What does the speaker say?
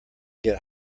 get